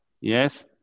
yes